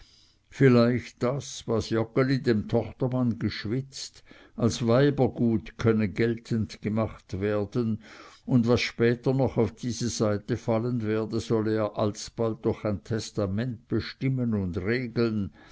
vielleicht daß was joggeli dem tochtermann geschwitzt als weibergut könne geltend gemacht werden und was später noch auf diese seite fallen werde solle er alsbald durch ein testament bestimmen und regeln